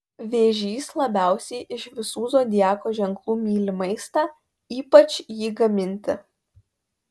vėžys labiausiai iš visų zodiako ženklų myli maistą ypač jį gaminti